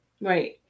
Right